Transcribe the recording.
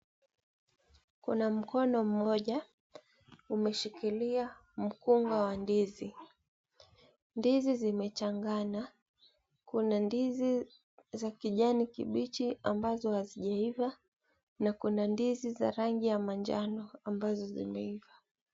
Kuna mkono mmoja umeshikilia mkunga wa ndizi. Ndizi zimechangana. kuna ndizi za kijani kibichi ambazo hazijaiva na kuna ndizi za rangi ya manjano ambazo zimeiva.